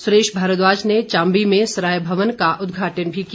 सुरेश भारद्वाज ने चाम्बी में सराय मवन का उदघाटन भी किया